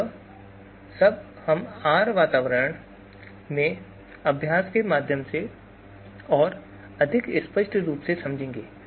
यह सब हम R वातावरण में एक अभ्यास के माध्यम से और अधिक स्पष्ट रूप से समझेंगे